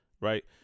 Right